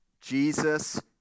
Jesus